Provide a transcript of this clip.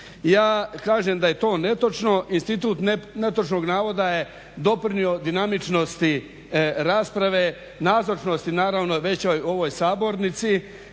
Ja kažem da je to netočno, institut netočnog navoda je doprinio dinamičnosti rasprave, nazočnosti naravno većoj ovoj sabornici